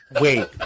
Wait